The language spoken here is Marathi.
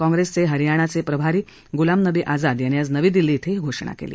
काँग्रेसचे हरयाणाचे प्रभारी गुलाब नबी आझद यांनी आज नवी दिल्ली इथे ही घोषणा केली